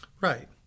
Right